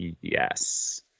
yes